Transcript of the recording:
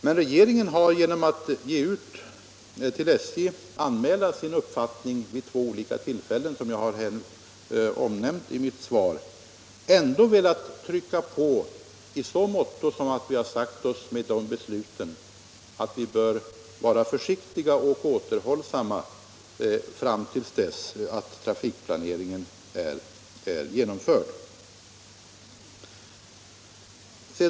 Men regeringen har genom att till SJ anmäla sin uppfattning vid två olika tillfällen som jag omnämnt i mitt svar ändå velat trycka på i så Nr 30 måtto att vi mot bakgrund av fattade beslut har sagt att man bör vara försiktig och återhållsam fram tilll dess att trafikplaneringen är genomförd.